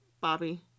Bobby